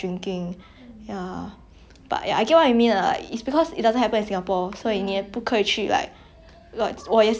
我也是这样我也是是这样每天喝酒我们没有 [what]